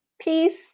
peace